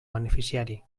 beneficiari